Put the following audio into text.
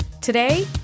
Today